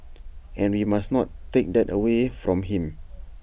and we must not take that away from him